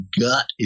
gut